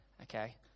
Okay